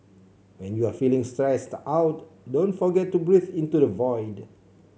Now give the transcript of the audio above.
when you are feeling stressed out don't forget to breathe into the void